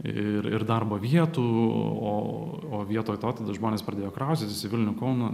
ir ir darbo vietų o o vietoj to tada žmonės pradėjo kraustytis į vilnių kauną